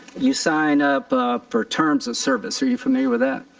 you sign up for terms of service, are you familiar with that?